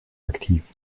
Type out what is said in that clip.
aktiv